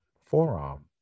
forearm